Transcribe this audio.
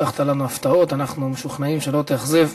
הבטחת לנו הפתעות, אנחנו משוכנעים שלא תאכזב.